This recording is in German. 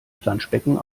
planschbecken